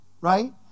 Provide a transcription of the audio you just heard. right